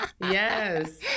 Yes